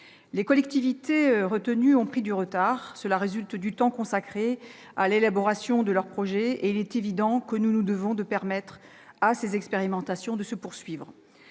Les collectivités locales retenues ont pris du retard. Cela résulte du temps consacré à l'élaboration de leur projet. Il est évident que nous nous devons de laisser ces expérimentations se poursuivre.